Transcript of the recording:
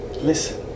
listen